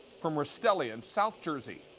from rastelli in south jersey.